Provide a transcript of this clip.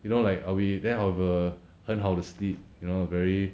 you know like I will be then I'll have a 很好的 sleep you know very